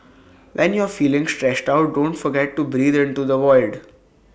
when you are feeling stressed out don't forget to breathe into the void